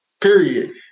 period